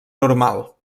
normal